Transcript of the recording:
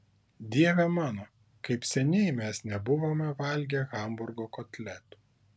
dieve mano kaip seniai mes nebuvome valgę hamburgo kotletų